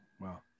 Wow